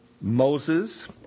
Moses